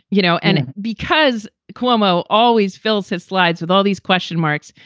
you know, and because cuomo always fills his slides with all these question marks,